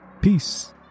Peace